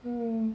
mm